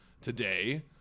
today